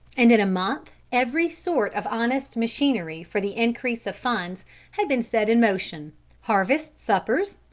and in a month every sort of honest machinery for the increase of funds had been set in motion harvest suppers,